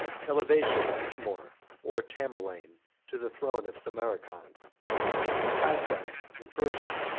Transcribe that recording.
elevation of timour or tamerlane to the throne of samarcand his conquests in persia,